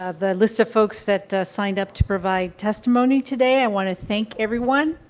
ah the list of folks that, ah, signed up to provide testimony today. i want to thank everyone.